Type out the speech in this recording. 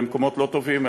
למקומות לא טובים,